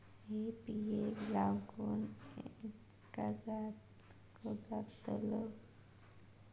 हे बिये लाऊन फायदो कितको जातलो?